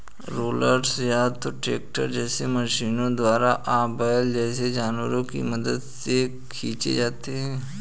rollers या तो tractor जैसे मशीनों द्वारा या बैल जैसे जानवरों की मदद से खींचे जाते हैं